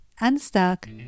unstuck